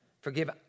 forgive